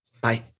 Bye